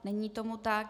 Není tomu tak.